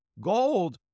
Gold